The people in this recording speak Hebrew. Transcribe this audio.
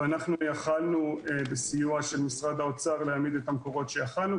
ואנחנו יכולנו בסיוע של משרד האוצר להעמיד את המקורות שיכולנו,